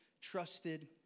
trusted